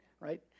right